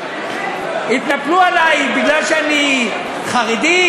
התנפלו עלי כי אני חרדי?